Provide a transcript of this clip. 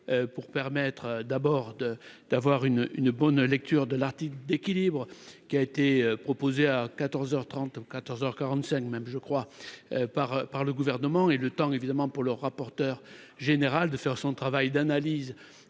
pour permettre d'abord de d'avoir une une bonne lecture de l'article d'équilibre qui a été proposé à 14 heures 30, 14 heures 45, même je crois par par le gouvernement et le temps évidemment, pour le rapporteur général de faire son travail d'analyse